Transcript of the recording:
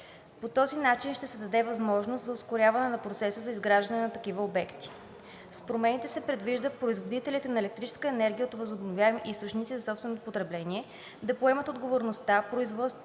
По този начин ще се даде възможност за ускоряване на процеса за изграждане на такива обекти. С промените се предвижда производителите на електрическа енергия от възобновяеми източници за собствено потребление да поемат отговорността произведената